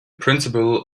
principle